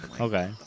Okay